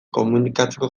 komunikatzeko